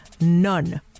none